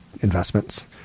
investments